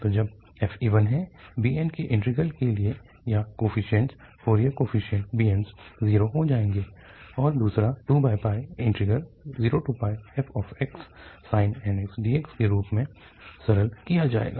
तोजब f even है bn के integral के लिए या कोफीशिएंट फोरियर कोफीशिएंट bns 0 हो जाएँगे और दूसरा 20fxsin nx dx के रूप में सरल किया जाएगा